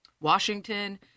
Washington